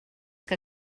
que